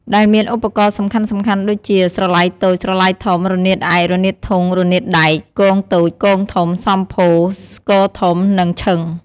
ដែលមានឧបករណ៍សំខាន់ៗដូចជា ស្រឡៃតូច ស្រឡៃធំ រនាតឯក រនាតធុង រនាតដែក គងតូច គងធំ សម្ភោរ ស្គរធំ និងឈិង។